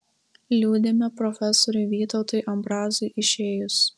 liūdime profesoriui vytautui ambrazui išėjus